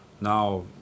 now